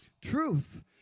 Truth